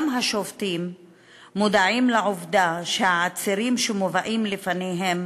גם השופטים מודעים לעובדה שהעצירים שמובאים לפניהם